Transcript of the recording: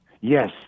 Yes